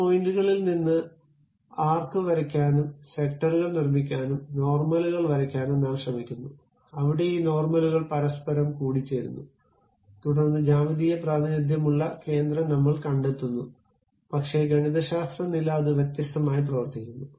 ആ പോയിന്റുകളിൽ നിന്ന് ആർക്ക് വരയ്ക്കാനും സെക്ടറുകൾ നിർമ്മിക്കാനും നോർമലുകൾ വരയ്ക്കാനും നാം ശ്രമിക്കുന്നു അവിടെ ഈ നോർമലുകൾ പരസ്പരം കൂടിച്ചേരുന്നു തുടർന്ന് ജ്യാമിതീയ പ്രാതിനിധ്യമുള്ള കേന്ദ്രം നമ്മൾ കണ്ടെത്തുന്നു പക്ഷേ ഗണിതശാസ്ത്ര നില അത് വ്യത്യസ്തമായി പ്രവർത്തിക്കുന്നു